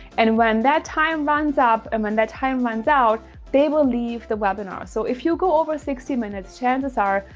and when that time runs up and when that time runs out, they will leave the webinar. so if you go over sixty minutes, chances are,